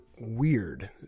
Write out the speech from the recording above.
weird